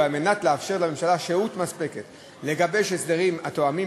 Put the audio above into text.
ועל מנת לאפשר לממשלה שהות מספקת לגבש הסדרים התואמים